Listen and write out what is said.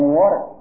water